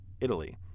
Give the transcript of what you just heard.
Italy